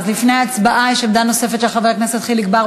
לפני ההצבעה יש עמדה נוספת של חבר הכנסת חיליק בר.